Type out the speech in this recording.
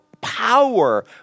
power